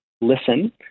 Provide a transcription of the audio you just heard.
listen